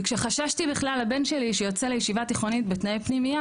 וכשחששתי בכלל לבן שלי שיוצא לישיבה תיכונית בתנאי פנימייה,